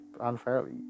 unfairly